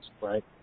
right